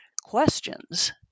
questions